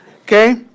Okay